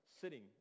sitting